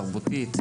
תרבותית.